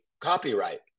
copyright